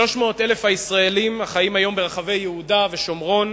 300,000 הישראלים החיים היום ברחבי יהודה ושומרון